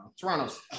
Toronto's